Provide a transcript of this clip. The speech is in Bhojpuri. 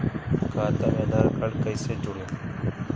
खाता मे आधार कार्ड कईसे जुड़ि?